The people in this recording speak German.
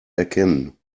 erkennen